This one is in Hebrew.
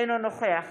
אינו נוכח